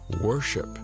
worship